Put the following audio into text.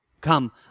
come